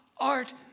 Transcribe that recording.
art